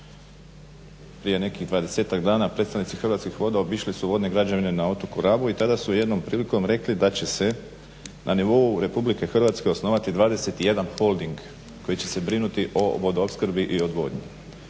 prije nekih dvadesetak dana predstavnici Hrvatskih voda obišli su vodne građevine na otoku Rabu i tada su jednom prilikom rekli da će se na nivou RH osnovati 21. Holding koji će se brinuti o vodoopskrbi i odvodnji.